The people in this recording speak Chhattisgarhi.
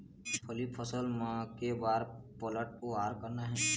मूंगफली फसल म के बार पलटवार करना हे?